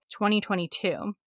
2022